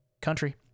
country